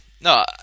no